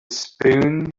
spoon